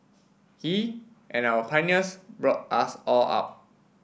he and our pioneers brought us all up